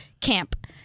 camp